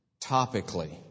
topically